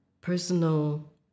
personal